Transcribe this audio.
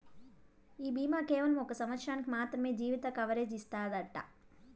ఈ బీమా కేవలం ఒక సంవత్సరానికి మాత్రమే జీవిత కవరేజ్ ఇస్తాదట